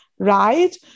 right